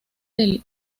del